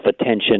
attention